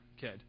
kid